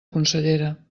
consellera